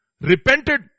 repented